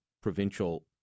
provincial